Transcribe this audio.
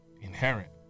inherent